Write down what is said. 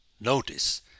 Notice